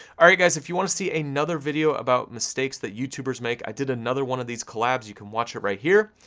all right guys, if you wanna see another video about mistakes that youtubers make, i did another one of these collabs, you can watch it right here,